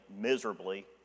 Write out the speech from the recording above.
miserably